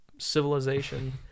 Civilization